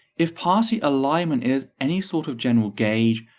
if party alignment is any sort of general gauge,